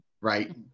Right